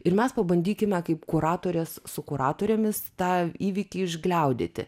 ir mes pabandykime kaip kuratorės su kuratorėmis tą įvykį išgliaudyti